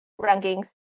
rankings